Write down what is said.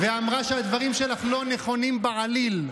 ואמרה שהדברים שלך לא נכונים בעליל.